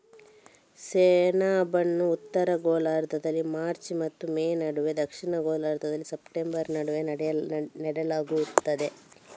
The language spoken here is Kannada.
ಸೆಣಬನ್ನು ಉತ್ತರ ಗೋಳಾರ್ಧದಲ್ಲಿ ಮಾರ್ಚ್ ಮತ್ತು ಮೇ ನಡುವೆ, ದಕ್ಷಿಣ ಗೋಳಾರ್ಧದಲ್ಲಿ ಸೆಪ್ಟೆಂಬರ್ ನಡುವೆ ನೆಡಲಾಗುತ್ತದೆ